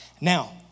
Now